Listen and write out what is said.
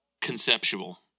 conceptual